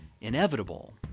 inevitable